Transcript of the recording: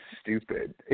stupid